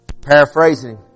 paraphrasing